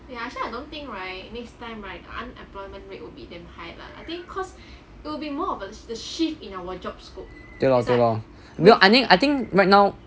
对 lor 对 lor 没有 I think right now